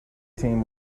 team